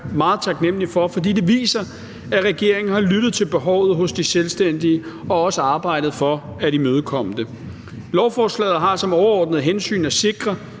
meget taknemlig for, fordi det viser, at regeringen har lyttet til behovet hos de selvstændige og også arbejdet for at imødekomme det. Lovforslaget har som overordnet hensyn at sikre,